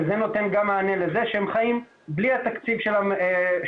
וזה נותן גם מענה לזה שהם חיים בלי התקציב של ההורים.